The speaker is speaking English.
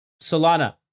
Solana